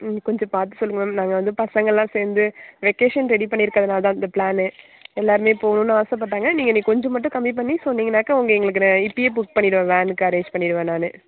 கொஞ்சம் பார்த்து சொல்லுங்கள் மேம் நாங்கள் வந்து பசங்க எல்லாம் சேர்ந்து வெக்கேஷன் ரெடி பண்ணிருக்குதுறனால தான் இந்த பிளானு எல்லோருமே போகணும்னு ஆசைப்பட்டாங்க நீங்கள் இன்னைக்கு கொஞ்சம் மட்டும் கம்மி பண்ணி சொன்னிங்கனாக்கா உங்கள் எங்களுக்கு நான் இப்போயே புக் பண்ணிவிடுவேன் வேனுக்கு அரேஞ்சு பண்ணிவிடுவேன் நான்